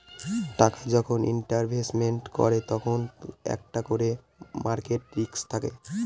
টাকা যখন ইনভেস্টমেন্ট করে তখন একটা করে মার্কেট রিস্ক থাকে